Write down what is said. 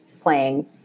playing